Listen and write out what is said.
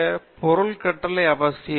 எனவே இதை செய்ய பொருள் கட்டளை அவசியம்